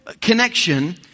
connection